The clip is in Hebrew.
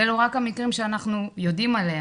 ואלו רק המקרים שאנחנו יודעים עליהם,